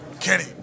Kenny